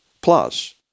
plus